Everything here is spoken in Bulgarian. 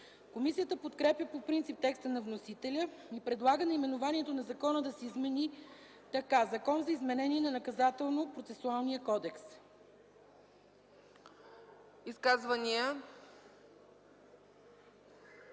Комисията подкрепя по принцип текста на вносителя и предлага наименованието на закона да се измени така: „Закон за изменение на Наказателно-процесуалния кодекс”.